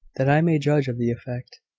that i may judge of the effect.